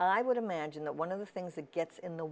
i would imagine that one of the things that gets in the